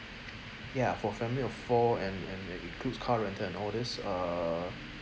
ya for a family of four and and it includes car rental and all this err